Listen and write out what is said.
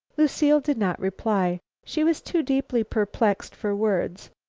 lucile did not reply. she was too deeply perplexed for words.